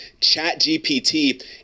ChatGPT